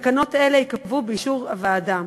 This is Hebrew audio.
תקנות אלה ייקבעו באישור הוועדה.